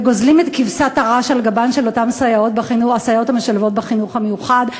וגוזלים את כבשת הרש על גבן של אותן סייעות המשלבות בחינוך המיוחד.